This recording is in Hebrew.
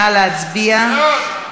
נא להצביע.